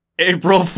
April